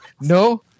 No